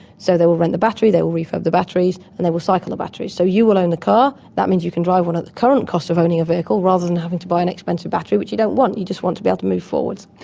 so they will rent the battery, they will refurbish the batteries and they will cycle the batteries. so you will own the car, that means you can drive one at the current cost of owning a vehicle rather than having to buy an expensive battery that but you don't want, you just want to be able to move forwards.